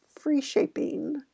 free-shaping